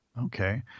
Okay